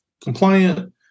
compliant